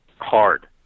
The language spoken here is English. Hard